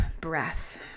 breath